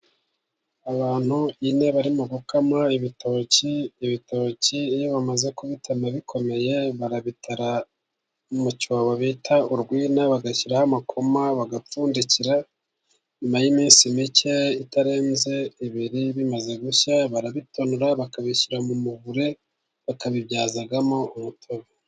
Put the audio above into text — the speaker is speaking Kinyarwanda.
Abantu bane barimo gukama ibitoki. Ibitoki iyo bamaze kubitema bikomeye, barabitara mu cyobo bita urwina. Bagashyiraho amakoma bagapfundikira. Nyuma y'iminsi mike itarenze ibiri, bimaze gushya, barabitonora bakabishyira mu muvure. Bakabibyazamo umutobe.